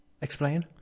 Explain